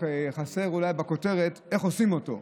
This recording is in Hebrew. רק חסר בכותרת איך עושים אותו,